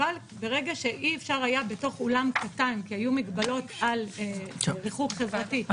אבל ברגע שאי אפשר היה בתוך אולם קטן כי היו מגבלות על ריחוק חברתי,